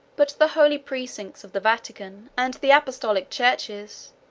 but the holy precincts of the vatican, and the apostolic churches,